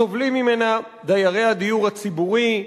סובלים ממנה דיירי הדיור הציבורי,